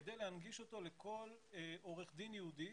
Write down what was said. כדי להנגיש אותו לכל עורך דין יהודי